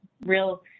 real